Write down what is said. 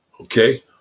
Okay